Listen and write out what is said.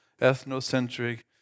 ethnocentric